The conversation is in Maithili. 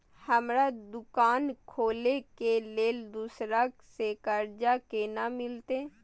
हमरा दुकान खोले के लेल दूसरा से कर्जा केना मिलते?